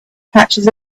patches